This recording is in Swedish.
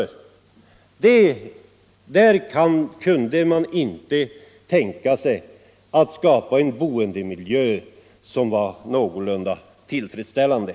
Men där kan regeringen alltså inte tänka sig att det skapas en boendemiljö som är någorlunda tillfredsställande.